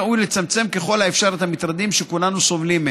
ראוי לצמצם ככל האפשר את המטרדים שכולנו סובלים מהם.